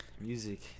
music